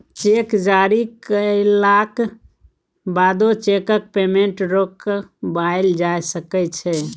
cheque जारी कएलाक बादो चैकक पेमेंट रोकबाएल जा सकै छै